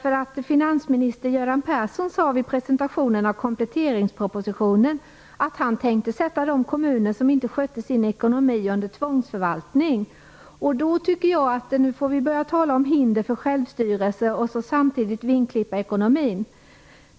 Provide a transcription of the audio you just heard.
Vid presentationen av kompletteringspropositionen sade finansminister Göran Persson att han tänkte sätta de kommuner som inte skötte sin ekonomi under tvångsförvaltning. Då kan man börja tala om hinder för självstyrelse samtidigt som ekonomin vingklipps.